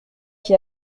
qui